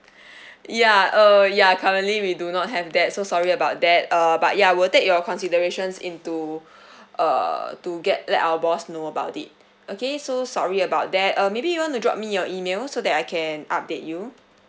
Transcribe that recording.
ya uh ya currently we do not have that so sorry about that uh but ya we'll take your considerations into err to get let our boss know about it okay so sorry about that uh maybe you want to drop me your email so that I can update you